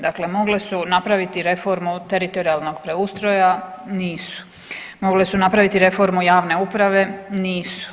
Dakle, mogle su napraviti reformu teritorijalnog preustroja nisu, mogle su napraviti reformu javne uprave, nisu.